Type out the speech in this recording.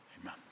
amen